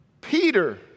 Peter